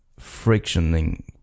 frictioning